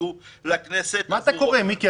שהציגו לכנסת --- מה אתה קורא, מיקי?